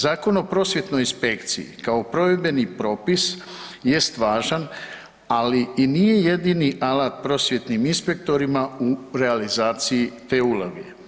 Zakon o Prosvjetnoj inspekciji kao provedbeni propis jest važan, ali i nije jedini alat prosvjetnim inspektorima u realizaciji te uloge.